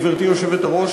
גברתי היושבת-ראש,